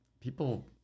people